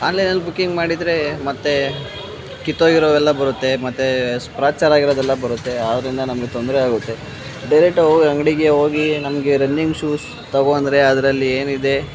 ಆನ್ಲೈನಲ್ಲಿ ಬುಕ್ಕಿಂಗ್ ಮಾಡಿದರೆ ಮತ್ತೆ ಕಿತ್ತೋಗಿರೊವೆಲ್ಲ ಬರುತ್ತೆ ಮತ್ತು ಸೇಲಾಗಿರೋದೆಲ್ಲ ಬರುತ್ತೆ ಆದ್ದರಿಂದ ನಮ್ಗೆ ತೊಂದರೆ ಆಗುತ್ತೆ ಡೈರೆಕ್ಟಾಗಿ ಹೋಗಿ ಅಂಗಡಿಗೇ ಹೋಗಿ ನಮಗೆ ರನ್ನಿಂಗ್ ಶೂಸ್ ತಗೊ ಅಂದರೆ ಅದರಲ್ಲೇನಿದೆ